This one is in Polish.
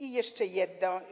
I jeszcze